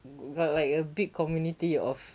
g~ got like a big community of